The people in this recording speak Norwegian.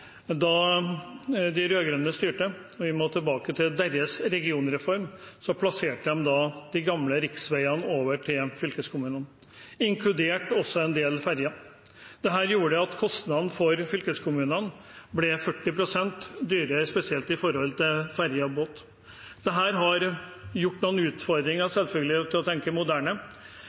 Da de rød-grønne styrte – og vi må tilbake til deres regionreform – plasserte man de gamle riksvegene over på fylkeskommunene, inkludert også en del ferjer. Dette gjorde at kostnaden for fylkeskommunene ble 40 pst. høyere, spesielt for ferje og båt. Dette har medført noen utfordringer når det gjelder å tenke moderne